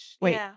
Wait